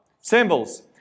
Symbols